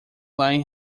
lie